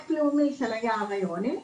פרויקט לאומי של היער העירוני,